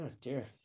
dear